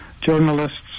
journalists